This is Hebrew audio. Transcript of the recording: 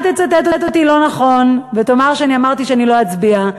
אל תצטט אותי לא נכון ותאמר שאני אמרתי שאני לא אצביע.